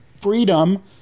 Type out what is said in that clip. freedom